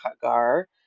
Hagar